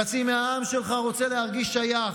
חצי מהעם שלך רוצה להרגיש שייך.